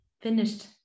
finished